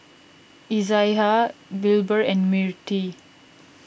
Izaiah Wilber and Mirtie